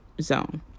zone